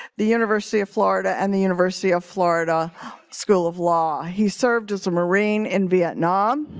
the university of florida and the university of florida school of law. he served as a marine in vietnam.